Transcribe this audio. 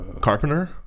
Carpenter